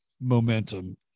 momentum